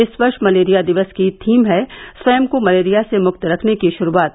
इस वर्ष मलेरिया दिवस की थीम है स्वयं को मलेरिया से मुक्त रखने की शुरूआत